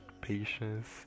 patience